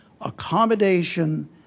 accommodation